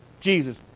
Jesus